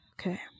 Okay